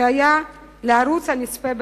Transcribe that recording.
שהיה לערוץ הנצפה בקהילה.